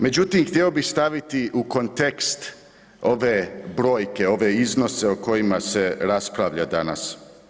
Međutim, htio bih staviti u kontekst ove brojke, ove iznose o kojima se raspravlja danas.